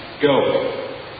Go